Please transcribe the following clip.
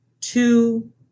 two